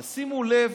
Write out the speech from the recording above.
אבל שימו לב